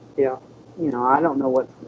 yeah you know, i don't know what.